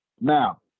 Now